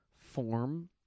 form